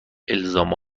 الزام